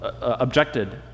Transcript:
objected